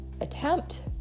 attempt